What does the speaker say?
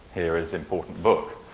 here is important book.